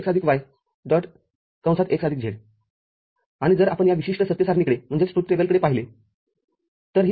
x z आणि जर आपण या विशिष्ट सत्य सारणीकडे पाहिले तर